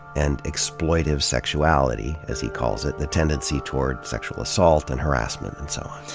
and exploitive sexuality, as he calls it the tendency toward sexua l assault and harassment and so on.